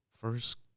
First